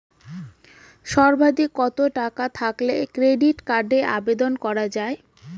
সর্বাধিক কত টাকা থাকলে ক্রেডিট কার্ডের আবেদন করা য়ায়?